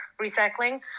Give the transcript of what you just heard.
recycling